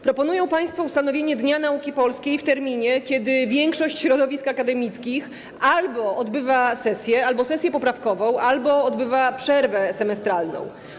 Proponują państwo ustanowienie Dnia Nauki Polskiej w terminie, kiedy większość środowisk akademickich albo odbywa sesję czy sesję poprawkową, albo odbywa przerwę semestralną.